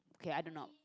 K I don't know